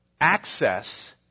access